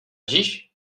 dziś